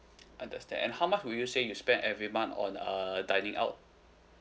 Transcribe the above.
understand and how much would you say you spend every month on uh dining out